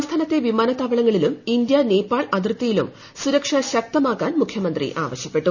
സംസ്ഥാനത്തെ വിമാനത്താവളങ്ങളിലും ഇന്ത്യ നേപ്പാൾ അതിർത്തിയിലും സുരക്ഷ ശക്തമാക്കാൻ മുഖ്യമന്ത്രി ആവശ്യപ്പെട്ടു